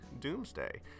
Doomsday